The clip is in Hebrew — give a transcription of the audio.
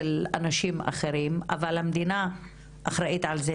כל אישה שנהרס לה הבית, ממש, אלה החיים שלה,